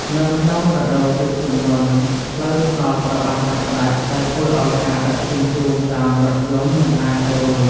នៅក្នុងរដូវទឹកជំនន់ ផ្លូវថ្នល់ត្រូវបានកាត់ផ្តាច់ ដែលធ្វើឱ្យការដឹកជញ្ជូនតាមរថយន្តមិនអាចទៅរួច។